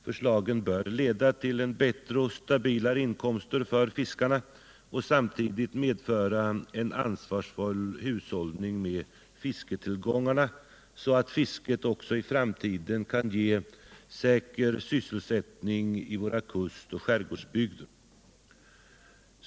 Förslaget bör leda till bättre och stabilare inkomster för fiskarna och samtidigt medföra en ansvarsfull hushållning med fisketillgångarna så att fisket också i framtiden kan ge säker sysselsättning i våra kustoch skärgårdsbygder.